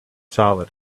solid